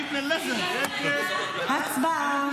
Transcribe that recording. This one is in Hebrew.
הצבעה.